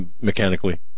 mechanically